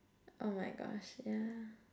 oh my gosh yeah